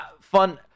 fun